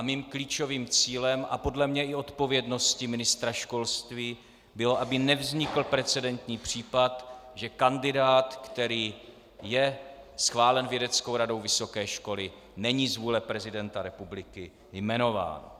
Mým klíčovým cílem a podle mě i odpovědností ministra školství bylo, aby nevznikl precedentní případ, že kandidát, který je schválen vědeckou radou vysoké školy, není z vůle prezidenta republiky jmenován.